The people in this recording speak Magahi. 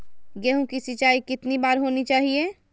गेहु की सिंचाई कितनी बार होनी चाहिए?